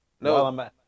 No